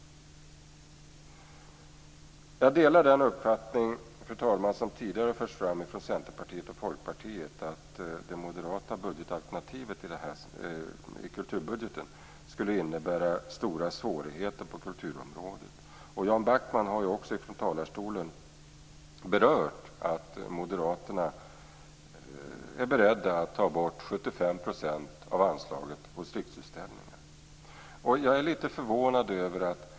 Jag delar den uppfattning som tidigare förts fram från Centerpartiet och Folkpartiet att det moderata budgetalternativet i kulturbudgeten skulle innebära stora svårigheter på kulturområdet. Jan Backman har berört att Moderaterna är beredda att ta bort 75 % av anslaget från Riksutställningar.